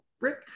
Rick